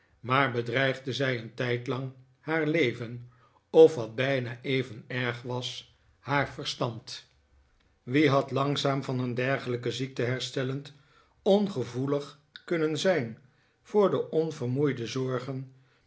maar bedreigde zij een tijdlang haar leveh of wat bijna even erg was haar verstand wie had langzaam van een dergelijke ziekte herstellend ongevoelig kunnen zijn voor de onvermoeide zorgen